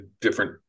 different